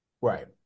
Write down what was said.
Right